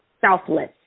selfless